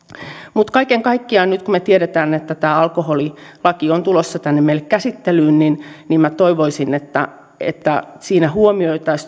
mutta kaiken kaikkiaan nyt kun me tiedämme että alkoholilaki on tulossa tänne meille käsittelyyn niin niin minä toivoisin että että siinä